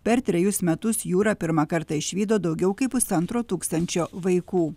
per trejus metus jūrą pirmą kartą išvydo daugiau kaip pusantro tūkstančio vaikų